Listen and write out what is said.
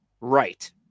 right